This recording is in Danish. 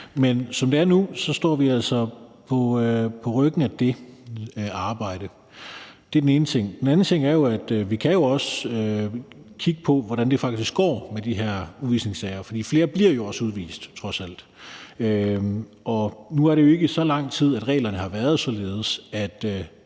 Men som det er nu, står vi altså på ryggen af det arbejde. Det er den ene ting. Den anden ting er jo, at vi også kan kigge på, hvordan det faktisk går med de her udvisningssager. For flere bliver trods alt også udvist, og nu er det jo ikke i så lang tid, reglerne har været således,